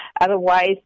Otherwise